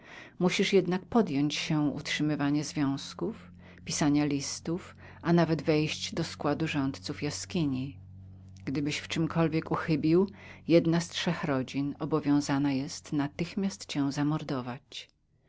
musisz jednak podjąć się utrzymywania związków pisania listów a nawet wejść do składu rządów jaskini gdybyś w czemkolwiek uchybił jedna z trzech rodzin obowiązaną jest natychmiast cię zamordować